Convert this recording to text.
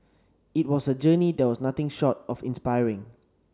it was a journey that was nothing short of inspiring